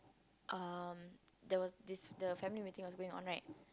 um there was this the family meeting was going on right